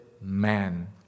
man